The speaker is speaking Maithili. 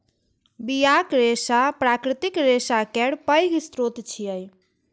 बियाक रेशा प्राकृतिक रेशा केर पैघ स्रोत छियै